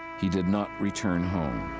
he did not return home.